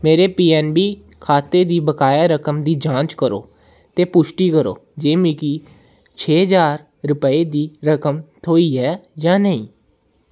मेरे पीऐन्नबी खाते दी बकाया रकम दी जांच करो ते पुश्टी करो जे मिगी छे ज्हार रुपये दी रकम थ्होई ऐ जां नेईं